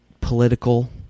political